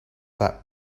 that